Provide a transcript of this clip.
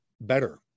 better